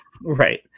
right